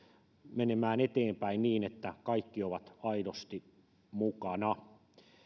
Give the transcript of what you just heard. menemään eteenpäin niin että kaikki ovat aidosti mukana